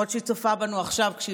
יכול להיות שהיא צופה בנו עכשיו כשהיא